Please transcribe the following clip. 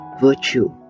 virtue